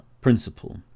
principle